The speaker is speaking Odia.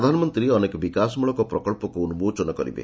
ପ୍ରଧାନମନ୍ତ୍ରୀ ଅନେକ ବିକାଶମୂଳକ ପ୍ରକଚ୍ଚକୁ ଉନ୍କୋଚନ କରିବେ